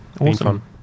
awesome